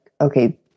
okay